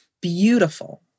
beautiful